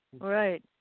Right